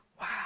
Wow